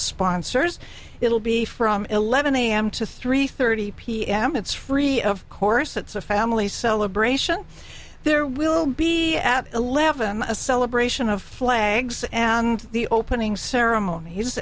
sponsors it will be from eleven am to three thirty pm it's free of course it's a family celebration there will be at eleven a celebration of flags and the opening ceremon